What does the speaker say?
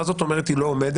מה זאת אומרת היא לא אומרת?